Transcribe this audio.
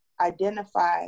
identify